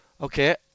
Okay